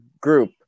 group